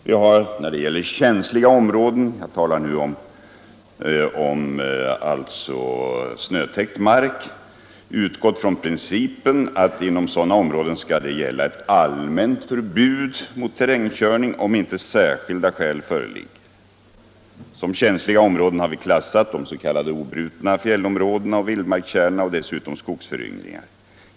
Vi har när det gäller känsliga områden utgått från principen att inom sådana områden skall gälla ett allmänt förbud mot terrängkörning på snötäckt mark om inte särskilda skäl föreligger. Som känsliga områden har vi klassat de s.k. obrutna fjällområdena och vildmarkskärnorna och dessutom skogsföryngringar.